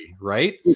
right